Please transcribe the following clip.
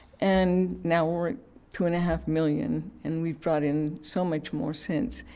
and now we're at two and a half million, and we've brought in so much more since.